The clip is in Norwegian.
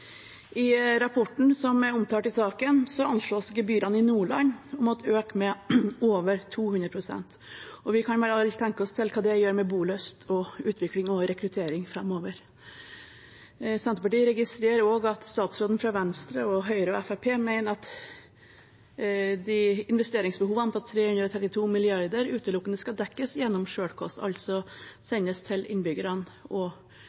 I rapporten som er omtalt i saken, anslås gebyrene i Nordland å øke med over 200 pst., og vi kan vel alle tenke oss hva det gjør med bolyst, utvikling og rekruttering framover. Senterpartiet registrerer også at statsråden fra Venstre, og Høyre og Fremskrittspartiet, mener at investeringsbehovene på 332 mrd. kr utelukkende skal dekkes gjennom selvkost, altså